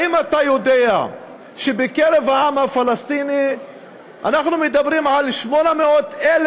האם אתה יודע שבקרב העם הפלסטיני אנחנו מדברים על 800,000